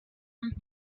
and